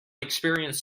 experience